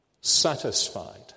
satisfied